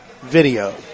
video